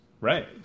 Right